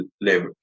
live